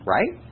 Right